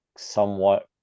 somewhat